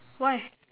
why